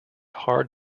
hard